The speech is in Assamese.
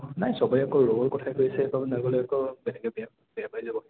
নাই চবে আকৌ ৰৌৰ কথাই কৈ আছে আকৌ বেলেগে বেয়া বেয়া পাই যাব সিহঁতে